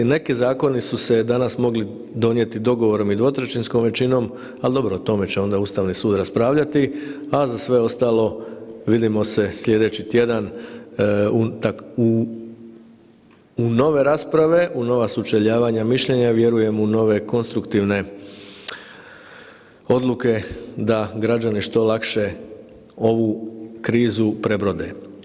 Neki zakoni su se danas mogli donijeti dogovorom i dvotrećinskom većinom, ali dobro o tome će onda Ustavni sud raspravljati, a za sve ostalo vidimo se sljedeći tjedan u nove rasprave, u nova sučeljavanja mišljenja, vjerujem u nove konstruktivne odluke da građani što lakše ovu krizu prebrode.